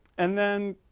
and then